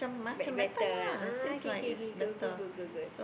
make better ah K K K good good good good good